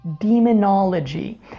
demonology